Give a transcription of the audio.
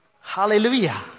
Hallelujah